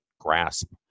grasp